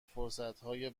فرصتهای